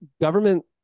government